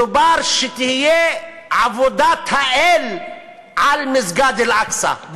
מדובר שתהיה עבודת האל על מסגד אל-אקצא,